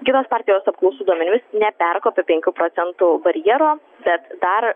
kitos partijos apklausų duomenimis neperkopė penkių procentų barjero bet dar